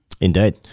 Indeed